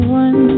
one